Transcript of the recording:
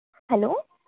hello